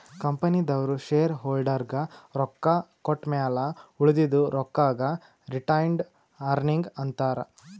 ಕಂಪನಿದವ್ರು ಶೇರ್ ಹೋಲ್ಡರ್ಗ ರೊಕ್ಕಾ ಕೊಟ್ಟಮ್ಯಾಲ ಉಳದಿದು ರೊಕ್ಕಾಗ ರಿಟೈನ್ಡ್ ಅರ್ನಿಂಗ್ ಅಂತಾರ